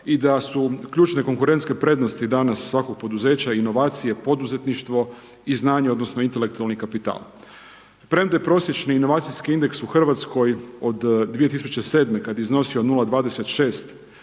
i da su ključne konkurentske prednosti danas svakog poduzeća inovacije poduzetništvo i znanje odnosno intelektualni kapital. Premda je prosječno inovacijski indeks u Hrvatskoj od 2007. kada je iznosio 0,26